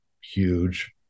huge